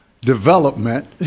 development